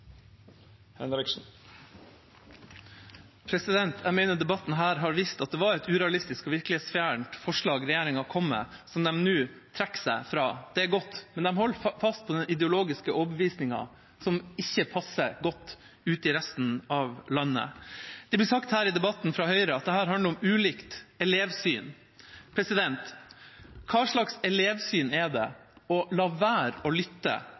Jeg mener denne debatten har vist at det var et urealistisk og virkelighetsfjernt forslag regjeringa kom med, som de nå trekker seg fra. Det er godt, men de holder fast på den ideologiske overbevisningen, som ikke passer godt ute i resten av landet. Det ble sagt her i debatten fra Høyre at dette handler om ulikt elevsyn. Hva slags elevsyn er det å la være å lytte